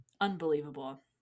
Unbelievable